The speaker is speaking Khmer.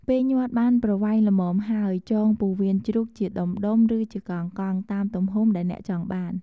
ពេលញាត់បានប្រវែងល្មមហើយ ចងពោះវៀនជ្រូកជាដុំៗ ឬជាកង់ៗ តាមទំហំដែលអ្នកចង់បាន។